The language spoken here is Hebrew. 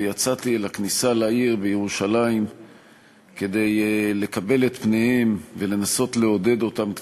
ויצאתי לכניסה לעיר בירושלים כדי לקבל את פניהם ולנסות לעודד אותם קצת.